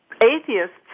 Atheists